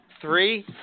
three